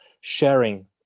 sharing